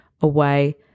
away